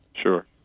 Sure